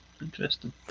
Interesting